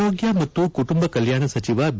ಆರೋಗ್ಯ ಮತ್ತು ಕುಟುಂಬ ಕಲ್ಯಾಣ ಸಚಿವ ಬಿ